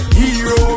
hero